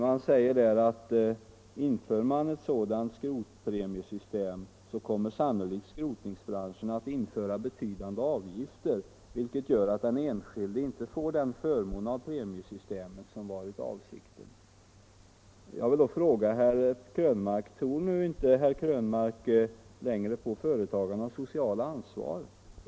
Man säger där att om man inför ett sådant skrotpremiesystem så kommer sannolikt skrotningsbranschen att införa betydande avgifter, vilket gör att den enskilde inte får den förmån av premiesystemet som varit avsikten. Jag vill då fråga herr Krönmark: Tror inte herr Krönmark längre på företagarnas sociala ansvar?